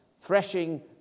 threshing